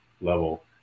level